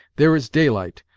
there is daylight,